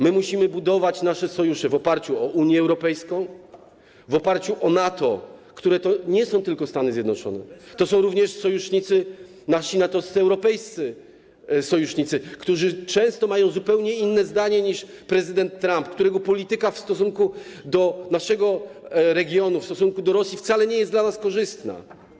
My musimy budować nasze sojusze w oparciu o Unię Europejską, w oparciu o NATO, w którym są nie tylko Stany Zjednoczone, są również nasi NATO-wscy europejscy sojusznicy, którzy często mają zupełnie inne zdanie niż prezydent Trump, którego polityka w stosunku do naszego regionu, w stosunku do Rosji wcale nie jest dla nas korzystna.